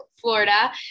Florida